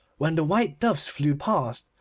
when the white doves flew past,